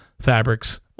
Fabrics